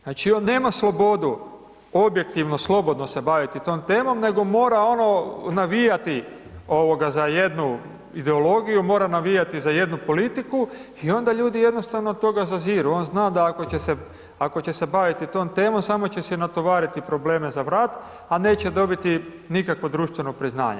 Znači, on nema slobodu objektivno, slobodno se baviti tom temom, nego mora ono navijati za jednu ideologiju, mora navijati za jednu politiku i onda ljudi jednostavno od toga zaziru, on zna da ako će se baviti tom temom samo će si natovariti probleme za vrat, a neće dobiti nikakvo društveno priznanje.